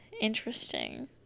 interesting